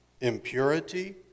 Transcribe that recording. impurity